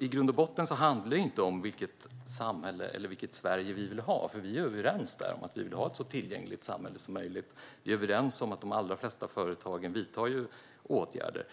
I grund och botten handlar det inte om vilket samhälle eller vilket Sverige vi vill ha, för vi är överens om att vi vill ha ett så tillgängligt samhälle som möjligt och att de allra flesta företag vidtar åtgärder.